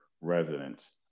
residents